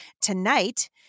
Tonight